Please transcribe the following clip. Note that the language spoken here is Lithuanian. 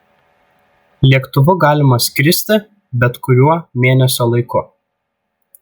lėktuvu galima skristi bet kuriuo mėnesio laiku